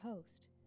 host